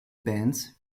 bands